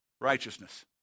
righteousness